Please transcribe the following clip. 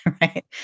Right